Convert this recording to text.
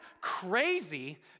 crazy